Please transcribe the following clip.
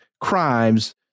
crimes